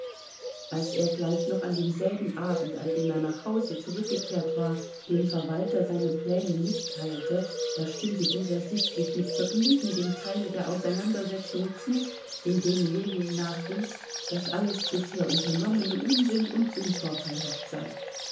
als er gleich noch an demselben abend an dem er nach hause zurückgekehrt war dem verwalter seine pläne mitteilte da stimmte dieser sichtlich mit vergnügen dem teile der auseinandersetzung zu in dem ljewin nachwies daß alles bisher unternommene unsinn und unvorteilhaft sei